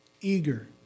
eager